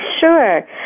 Sure